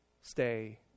stay